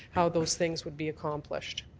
how those things would be accomplished.